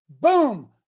Boom